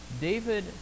David